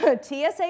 TSA